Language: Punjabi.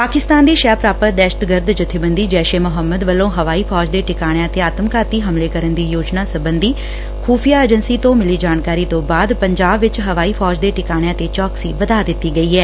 ਪਾਕਿਸਤਾਨ ਦੀ ਸ਼ੈਅ ਪ੍ਰਾਪਤ ਦਹਿਸ਼ਤਗਰਦ ਜੱਬੇਬੰਦੀ ਜੈਸ਼ ਏ ਮੁੰਹਮਦ ਵੱਲੋਂ ਹਵਾਈ ਫੌਜ ਦੇ ਟਿਕਾਣਿਆਂ ਤੇ ਆਤਮਘਾਤੀ ਹਮਲੇ ਕਰਨ ਦੀ ਯੋਜਨਾ ਸਬੰਧੀ ਖੁਫ਼ੀਆ ਏਜੰਸੀਆਂ ਤੋਂ ਮਿਲੀ ਜਾਣਕਾਰੀ ਤੋਂ ਬਾਅਦ ਪੰਜਾਬ ਵਿਚ ਹਵਾਈ ਫੌਜ ਦੇ ਟਿਕਾਣਿਆਂ ਤੇ ਚੌਕਸੀ ਵਧਾ ਦਿੱਤੀ ਗਈ ਐ